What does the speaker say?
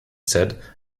said